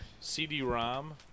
CD-ROM